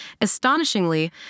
Astonishingly